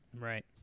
Right